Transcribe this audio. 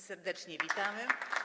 Serdecznie witamy.